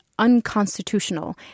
unconstitutional